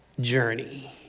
journey